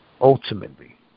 Ultimately